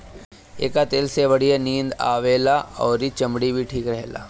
एकर तेल से बढ़िया नींद आवेला अउरी चमड़ी भी ठीक रहेला